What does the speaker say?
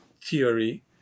theory